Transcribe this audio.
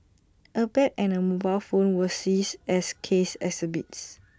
A bag and A mobile phone were seized as case exhibits